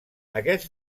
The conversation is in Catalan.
aquests